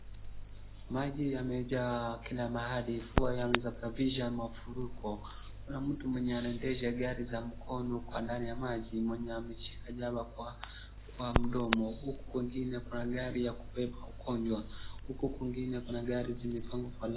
Maji yamejaa kila mahali. Mvua yamesababisha mafuriko. Kuna mtu mwenye anaedesha gari za mkono kwa ndani ya maji mwenye ameshika jaba kwa mdomo. Huku kwingine kuna gari ya kubeba wagonjwa huku kwingine kuna gari zimepangwa kwa.